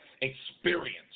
experience